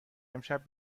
امشب